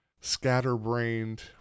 scatterbrained